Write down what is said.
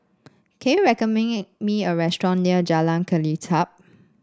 can you recommend me a restaurant near Jalan Kelichap